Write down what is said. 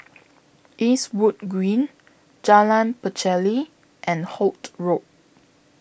Eastwood Green Jalan Pacheli and Holt Road